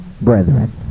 brethren